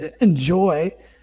enjoy